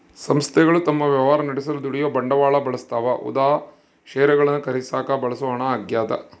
ಸಂಸ್ಥೆಗಳು ತಮ್ಮ ವ್ಯವಹಾರ ನಡೆಸಲು ದುಡಿಯುವ ಬಂಡವಾಳ ಬಳಸ್ತವ ಉದಾ ಷೇರುಗಳನ್ನು ಖರೀದಿಸಾಕ ಬಳಸೋ ಹಣ ಆಗ್ಯದ